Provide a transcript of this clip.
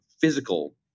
physical